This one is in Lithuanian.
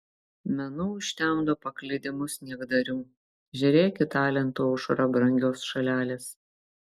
menu užtemdo paklydimus niekdarių žėrėki talentų aušra brangios šalelės